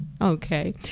Okay